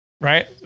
right